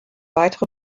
weitere